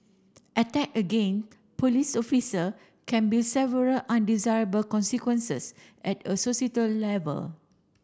attack again police officer can be several undesirable consequences at a level